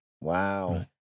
Wow